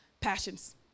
Passions